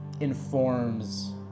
Informs